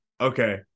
Okay